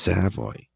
Savoy